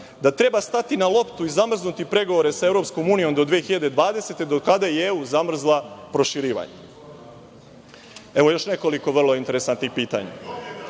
da treba stati na loptu i zamrznuti pregovore sa EU do 2020. godine, do kada je EU zamrzla proširivanje? Evo još nekoliko vrlo interesantnih pitanja.